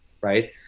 right